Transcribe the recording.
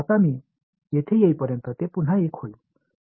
आणि आता मी येथे येईपर्यंत ते पुन्हा 1 होईल